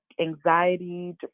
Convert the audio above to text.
anxiety